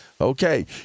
Okay